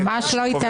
ממש לא נכון.